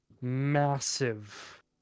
massive